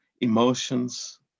emotions